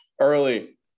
early